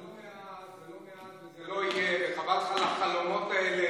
זה לא מעט, וזה לא יהיה, וחבל לך על החלומות האלה.